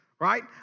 right